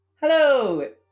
Hello